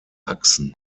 achsen